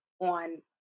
on